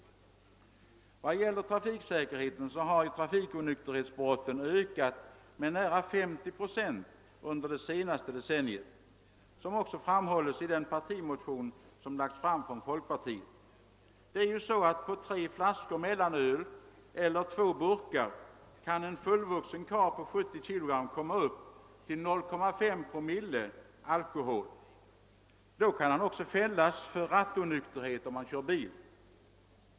I vad gäller trafiksäkerheten har trafikonykterhetsbrotten ökat med nära 50 procent under det senaste decenniet, vilket också framhålles i den partimotion som lagts fram av folkpartiet. Det är ju så, att på tre flaskor mellanöl, eller två burkar, kan en fullvuxen karl på 70 kg komma upp till 0,5 promille alkohol. Då kan han också fällas för rattonykterhet, om han kör bil.